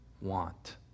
want